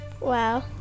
Wow